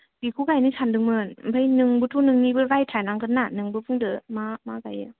बेखौ गायनो सानदोंमोन ओमफ्राय नोंबोथ' नोंनिबो राय थानांगोन ना नोंबो बुंदो मा मा गायो